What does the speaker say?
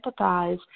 empathize